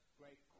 great